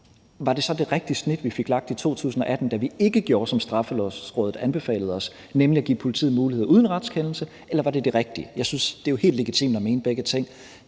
var det rigtige snit, vi fik lagt i 2018, da vi ikke gjorde, som Straffelovrådet anbefalede os, nemlig at give politiet mulighed uden retskendelse, eller om det ikke var det rigtige. Det er jo helt legitimt at mene begge ting.